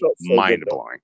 mind-blowing